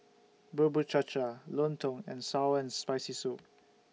Bubur Cha Cha Lontong and Sour and Spicy Soup